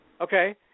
Okay